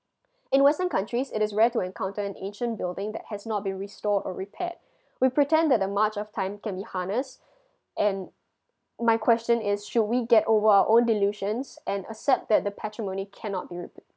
in western countries it is rare to encounter an ancient building that has not been restore or repaired we pretend that the march of time can be harness and my question is should we get over our own delusions and accept that the patrimony cannot be re~